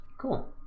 cool